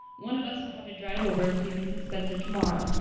one of us will have to drive over and see mrs. spencer tomorrow,